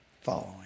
following